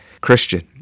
Christian